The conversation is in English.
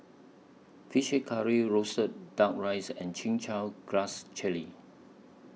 Fish Head Curry Roasted Duck Rice and Chin Chow Grass Jelly